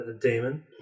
Damon